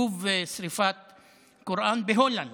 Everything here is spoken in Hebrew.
שוב שרפת קוראן, בהולנד.